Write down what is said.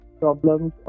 problems